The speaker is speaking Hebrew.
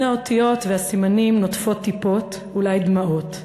מן האותיות והסימנים נוטפות טיפות, אולי דמעות,